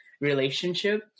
relationship